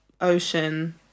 ocean